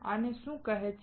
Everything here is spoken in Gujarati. આને શું કહે છે